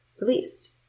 released